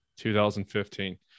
2015